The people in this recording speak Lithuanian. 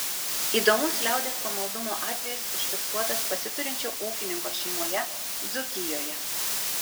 įdomus liaudies pamaldumo atvejis užfiksuotas pasiturinčio ūkininko šeimoje dzūkijoje